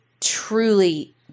truly